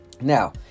now